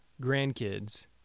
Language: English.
grandkids